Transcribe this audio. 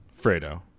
Fredo